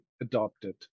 adopted